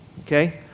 Okay